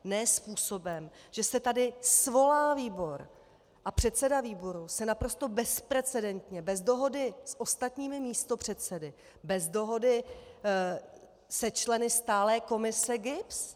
Ne způsobem, že se tady svolá výbor a předseda výboru se naprosto bezprecedentně, bez dohody s ostatními místopředsedy, bez dohody se členy stálé komise GIBS.